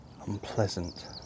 unpleasant